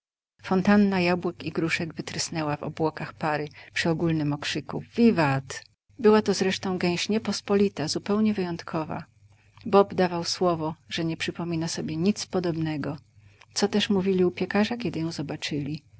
fontanna jabłek i gruszek wytrysnęła w obłokach pary przy ogólnym okrzyku wiwat była to zresztą gęś niepospolita zupełnie wyjątkowa bob dawał słowo że nie przypomina sobie nic podobnego co też mówili u piekarza kiedy ją zobaczyli